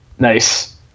nice